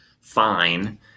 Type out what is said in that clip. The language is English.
fine